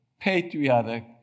patriotic